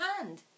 hand